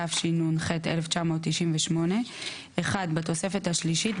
התשנ"ח 1998 - (1) בתוספת השלישית,